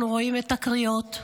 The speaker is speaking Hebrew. אנחנו רואים את הקריאות,